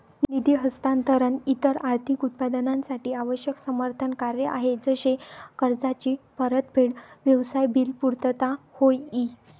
निधी हस्तांतरण इतर आर्थिक उत्पादनांसाठी आवश्यक समर्थन कार्य आहे जसे कर्जाची परतफेड, व्यवसाय बिल पुर्तता होय ई